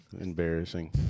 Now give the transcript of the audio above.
Embarrassing